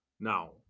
Now